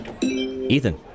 Ethan